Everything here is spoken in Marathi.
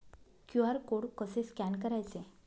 क्यू.आर कोड कसे स्कॅन करायचे?